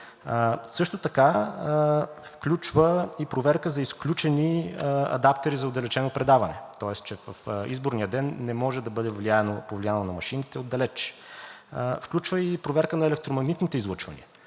Също така включва и проверка за изключени адаптери за отдалечено предаване, тоест, че в изборния ден не може да бъде повлияно на машините отдалече. Включва и проверка на електромагнитните излъчвания.